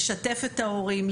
לשתף את ההורים,